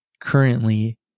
currently